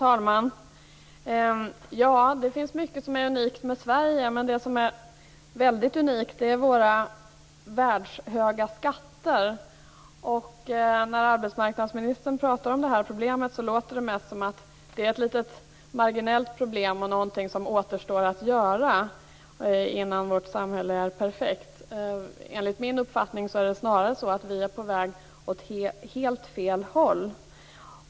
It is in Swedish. Herr talman! Det finns mycket som är unikt med Sverige. Det som är väldigt unikt är våra världshöga skatter. När arbetsmarknadsministern pratar om det här problemet låter det mest som att det är ett litet marginellt problem och någonting som återstår att göra innan vårt samhälle är perfekt. Enligt min uppfattning är det snarare så att vi är på väg åt helt fel håll.